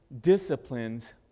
disciplines